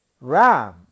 ram